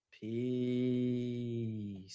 Peace